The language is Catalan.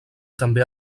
també